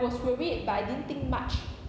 was worried but I didn't think much